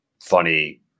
funny